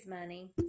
money